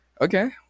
Okay